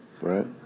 right